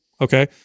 Okay